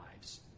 lives